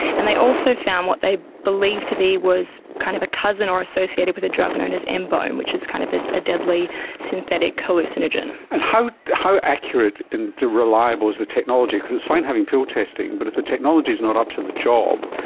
and they also found what they believed to be was kind of a cousin or associated with drug known as and nbome, which is kind of a deadly synthetic hallucinogen. and how how accurate and reliable is the technology? because it's fine having pill testing but if the technology is not up to the job,